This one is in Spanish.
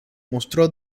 mostró